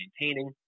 maintaining